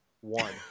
one